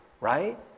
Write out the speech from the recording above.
right